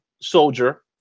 soldier